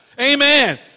Amen